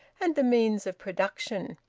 and the means of production.